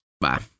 Bye